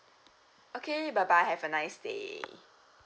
okay bye bye have a nice day